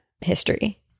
history